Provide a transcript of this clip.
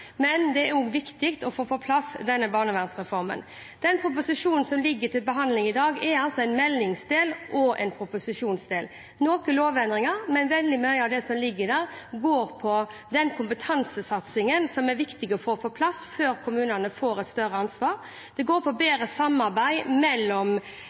men det er også viktig å få på plass denne barnevernsreformen. Den proposisjonen som ligger til behandling i dag, er en meldingsdel og en proposisjonsdel. Noe er lovendringer, men veldig mye av det som ligger der, går på den kompetansesatsingen som er viktig å få på plass før kommunene får et større ansvar. Det går på